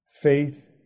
Faith